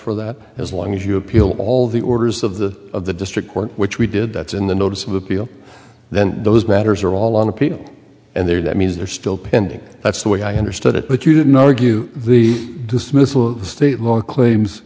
for that as long as you appeal all the orders of the of the district court which we did that's in the notice of appeal then those matters are all on appeal and they're that means they're still pending that's the way i understood it but you did not argue the dismissal the state more claims